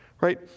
Right